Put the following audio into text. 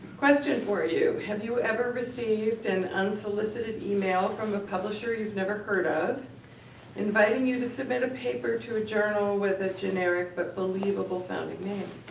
question for you. have you ever received an unsolicited email from a publisher you've never heard of inviting you to submit a paper to a journal with a generic but believable-sounding name?